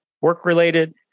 Work-related